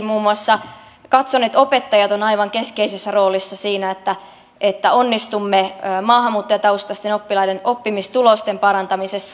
muun muassa katson että opettajat ovat aivan keskeisessä roolissa siinä että onnistumme maahanmuuttajataustaisten oppilaiden oppimistulosten parantamisessa